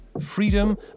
Freedom